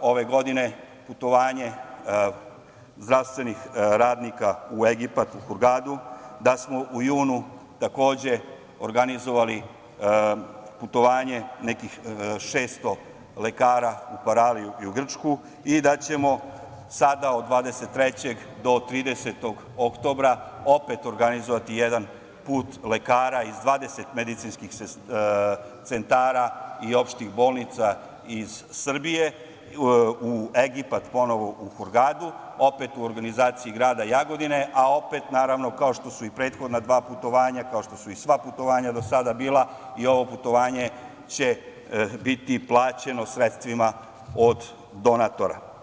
ove godine putovanje zdravstvenih radnika u Egipat, u Hurgadu, da smo u junu takođe organizovali putovanje nekih 600 lekara u Paraliju i u Grčku i da ćemo sada od 23. do 30. oktobra opet organizovati jedan put lekara iz 20 medicinskih centara i opštih bolnica iz Srbije u Egipat, ponovo u Hurgadu, opet u organizaciji grada Jagodine, a opet, naravno, kao što su i prethodna dva putovanja, kao što su i sva putovanja do sada bila, i ovo putovanje će biti plaćeno sredstvima od donatora.